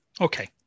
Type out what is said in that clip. Okay